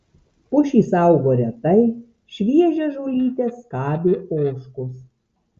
pušys augo retai šviežią žolytę skabė ožkos